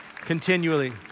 continually